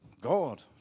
God